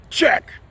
Check